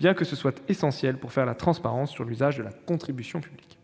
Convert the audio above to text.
bien que cela soit essentiel pour faire la transparence sur l'usage de la contribution publique.